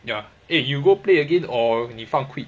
ya eh you go play again or 你放 quit